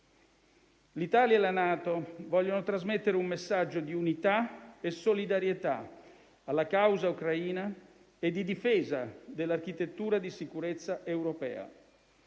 L'Italia e la NATO vogliono trasmettere un messaggio di unità e solidarietà alla causa ucraina e di difesa dell'architettura di sicurezza europea.